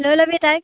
লৈ ল'বি তাইক